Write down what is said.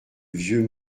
vieux